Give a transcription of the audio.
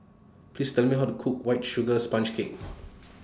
Please Tell Me How to Cook White Sugar Sponge Cake